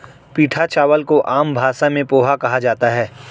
पीटा चावल को आम भाषा में पोहा कहा जाता है